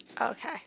Okay